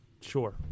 Sure